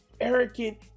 arrogant